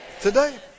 today